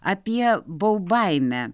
apie bau baimę